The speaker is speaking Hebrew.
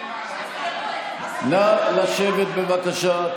נא לשבת, בבקשה.